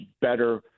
better